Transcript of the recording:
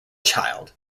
child